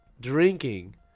Drinking